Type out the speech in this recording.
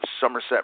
Somerset